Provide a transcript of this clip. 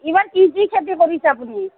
এইবাৰ কি কি খেতি কৰিছে আপুনি